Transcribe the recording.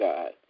God